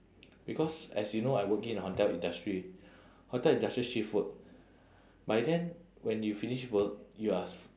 because as you know I working in hotel industry hotel industry shift work by then when you finish work you are